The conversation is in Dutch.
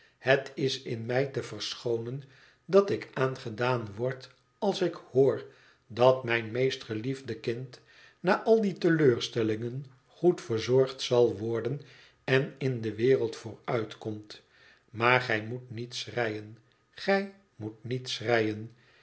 het is in mij te verschoonen dat ik aangedaan word als ik hoor dat mijn meest geliefde kind na al die teleurstellingen goed verzorgd zal worden en in de wereld vooruitkomt maar gij moet niet schreien gij moet niet